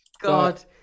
god